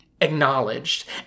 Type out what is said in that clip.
acknowledged